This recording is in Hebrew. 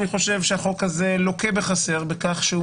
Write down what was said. אני חושב שהחוק הזה לוקה בחסר בכך שהוא